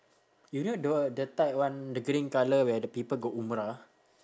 you know the wh~ the tight one the green colour where the people go umrah